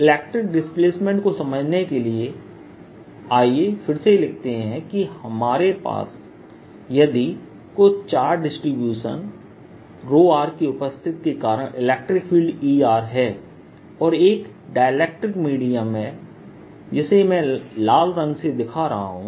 electric displacement को समझने के लिए आइए फिर से लिखते हैं कि यदि मेरे पास कुछ चार्ज डिसटीब्यूशन की उपस्थिति के कारण इलेक्ट्रिक फील्डEहै और एक डाइलेक्ट्रिक मीडियम है जिसे मैं लाल रंग से दिखा रहा हूं